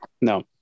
No